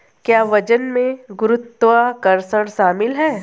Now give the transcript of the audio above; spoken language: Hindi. क्या वजन में गुरुत्वाकर्षण शामिल है?